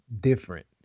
different